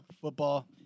football